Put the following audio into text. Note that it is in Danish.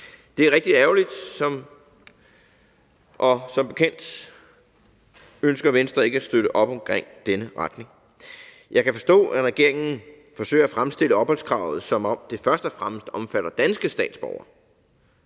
Det er rigtig ærgerligt, og som bekendt ønsker Venstre ikke at støtte op om denne retning. Jeg kan forstå, at regeringen forsøger at fremstille opholdskravet, som om det først og fremmest omfatter danske statsborgere.